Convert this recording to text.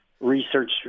Research